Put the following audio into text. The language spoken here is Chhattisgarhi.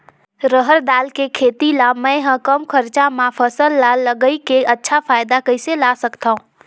रहर दाल के खेती ला मै ह कम खरचा मा फसल ला लगई के अच्छा फायदा कइसे ला सकथव?